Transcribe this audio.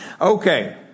Okay